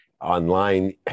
online